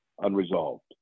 unresolved